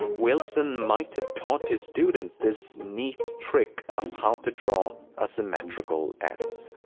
willson might have taught his students this neat trick of how to draw a symmetrical s.